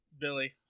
Billy